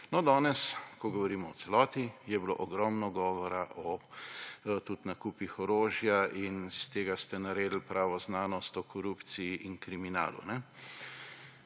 No, danes, ko govorimo o celoti, je bilo ogromno govora tudi o nakupih orožja in iz tega ste naredil pravo znanost o korupciji in kriminalu.